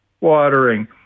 watering